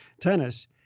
tennis